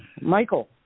Michael